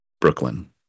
Brooklyn